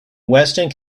weston